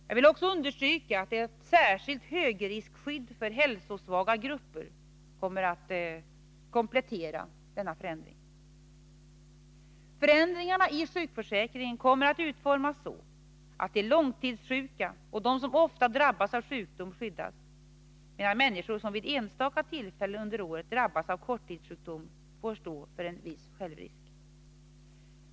Jag vill också understryka att ett särskilt högriskskydd för hälsosvaga grupper kommer att införas för att komplettera denna förändring. Förändringarna i sjukförsäkringen kommer att utformas så att de långtidssjuka och de som ofta drabbas av sjukdom skyddas, medan människor som vid enstaka tillfällen under året drabbas av korttidssjukdom får stå för en viss självrisk.